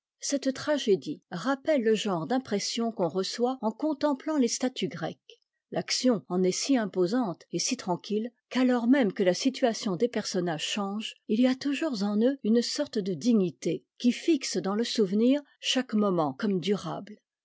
cette tragédie rappelle le genre d'impression qu'on reçoit en contemplant les statues grecques l'action en est si imposante et si tranquille qu'alors même que la situation des personnages change il y a toujours en eux une sorte de dignité qui fixe dans le souvenir chaque moment comme durable